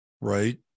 Right